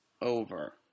over